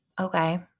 Okay